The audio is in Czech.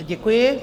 Děkuji.